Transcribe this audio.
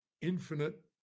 infinite